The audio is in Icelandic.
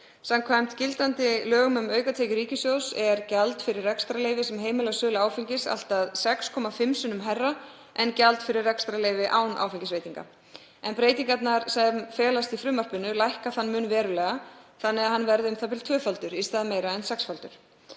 Samkvæmt gildandi lögum um aukatekjur ríkissjóðs er gjald fyrir rekstrarleyfi sem heimilar sölu áfengis allt að 6,5 sinnum hærra en gjald fyrir rekstrarleyfi án áfengisveitinga. Breytingarnar sem felast í frumvarpinu lækka þann mun verulega þannig að hann verður u.þ.b. tvöfaldur í stað þess að vera meira en sexfaldur.